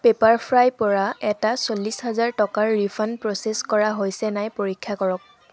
Pepperfry পৰা এটা চল্লিছ হাজাৰ টকাৰ ৰিফাণ্ড প্ৰ'চেছ কৰা হৈছে নাই পৰীক্ষা কৰক